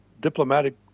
diplomatic